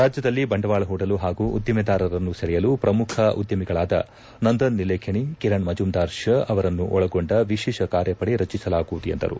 ರಾಜ್ಯದಲ್ಲಿ ಬಂಡವಾಳ ಹೂಡಲು ಹಾಗೂ ಉದ್ದಿಮೆದಾರರನ್ನು ಸೆಳೆಯಲು ಪ್ರಮುಖ ಉದ್ದಮಿಗಳಾದ ನಂದನ್ ನೀಲೆಖೇಣಿ ಕಿರಣ್ ಮಜುಂದಾರ್ ಶಾ ಅವರನ್ನು ಒಳಗೊಂಡ ವಿಶೇಷ ಕಾರ್ಯಪಡೆ ರಚಿಸಲಾಗುವುದು ಎಂದರು